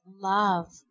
love